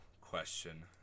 question